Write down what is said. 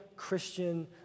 Christian